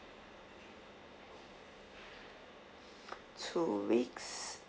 two weeks